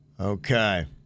Okay